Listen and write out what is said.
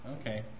Okay